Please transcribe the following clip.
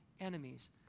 enemies